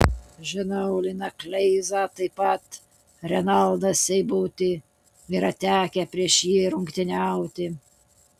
žinau liną kleizą taip pat renaldą seibutį yra tekę prieš jį rungtyniauti